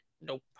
nope